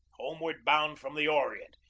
home ward bound from the orient,